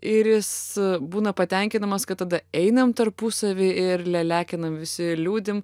ir jis būna patenkinamas kad tada einam tarpusavy ir leliakinam visi liūdim